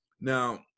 Now